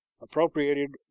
appropriated